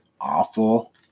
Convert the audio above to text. Awful